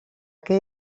que